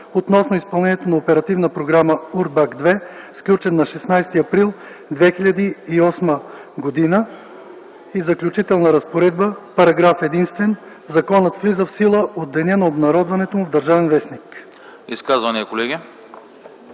относно изпълнението на Оперативна програма „УРБАКТ ІІ”, сключен на 16 април 2008 г. Заключителна разпоредба Параграф единствен. Законът влиза в сила от деня на обнародването му в „Държавен вестник”.”